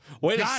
Wait